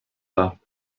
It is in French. pas